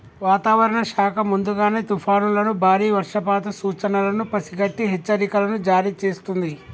వాతావరణ శాఖ ముందుగానే తుఫానులను బారి వర్షపాత సూచనలను పసిగట్టి హెచ్చరికలను జారీ చేస్తుంది